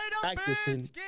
Practicing